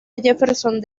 jefferson